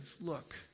look